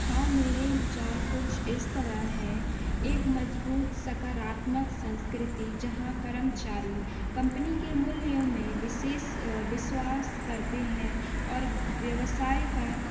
हाँ मेरे विचार कुछ इस तरह है एक मजबूत सकारात्मक संस्कृति जहाँ कर्मचारी कंपनी के मूल्यों में विशेष विश्वास करते हैं और व्यवसाय का